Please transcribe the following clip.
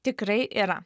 tikrai yra